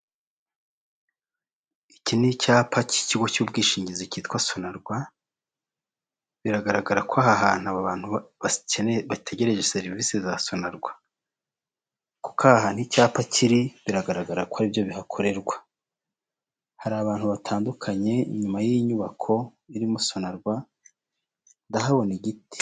Iki ni icyapa cy'ikigo cy'ubwishingizi cyitwa Sonarwa, biragaragara ko aha hantu bategereje serivisi za Sonarwa. Kuko aha hantu icyapa kiri biragaragara ko aribyo bihakorerwa. Hari abantu batandukanye inyuma y'inyubako irimo Sonarwa ndahabona igiti.